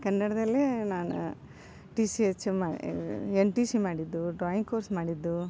ಕನ್ನಡದಲ್ಲೇ ನಾನು T C H ಮಾಡಿ ಎನ್ ಟಿ ಸಿ ಮಾಡಿದ್ದು ಡ್ರಾಯಿಂಗ್ ಕೋರ್ಸ್ ಮಾಡಿದ್ದು